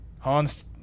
Hans